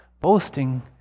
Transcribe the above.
boasting